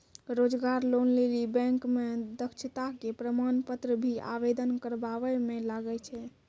रोजगार लोन लेली बैंक मे दक्षता के प्रमाण पत्र भी आवेदन करबाबै मे लागै छै?